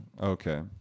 Okay